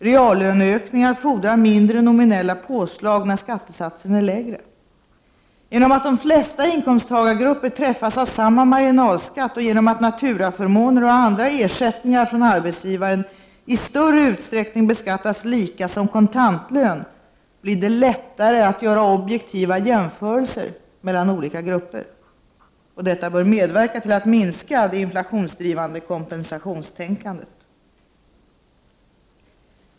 Reallöneökningar fordrar mindre nominella påslag när skattesatsen är lägre. Genom att de flesta inkomsttagargrupper träffas av samma marginalskatt och genom att naturaförmåner och andra ersättningar från arbetsgivaren i större utsträckning beskattas som kontantlön blir det lättare att göra objektiva jämförelser mellan olika grupper. Detta bör medverka till att minska det inflationsdrivande kompensationstänkandet.